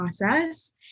process